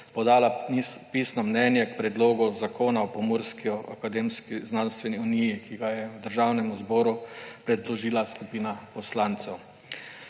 podala pisno mnenje k Predlogu zakona o Pomurski akademsko-znanstveni uniji, ki ga je Državnemu zboru predložila skupina poslancev.